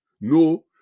no